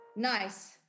Nice